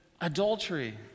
adultery